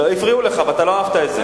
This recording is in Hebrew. הפריעו לך, ואתה לא אהבת את זה.